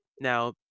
Now